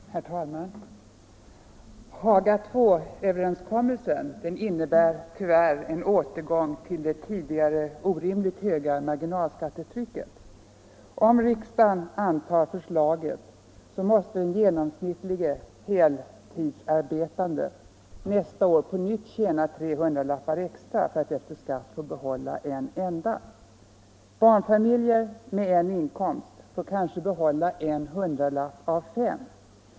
Herr talman! Haga Il-överenskommelsen innebär tyvärr en återgång till det tidigare orimligt höga marginalskattetrycket. Om riksdagen antar förslaget måste den genomsnittlige heltidsarbetande nästa år på nytt tjäna tre hundralappar extra för att efter skatt få behålla en enda. Barnfamiljer med en inkomst får kanske behålla en hundralapp av fem.